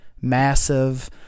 massive